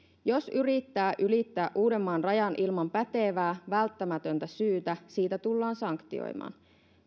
jos yrittää ylittää uudenmaan rajan ilman pätevää välttämätöntä syytä siitä tullaan sanktioimaan